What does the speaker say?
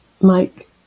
Mike